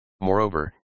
Moreover